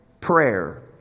prayer